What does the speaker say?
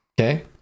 Okay